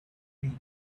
read